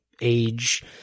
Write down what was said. age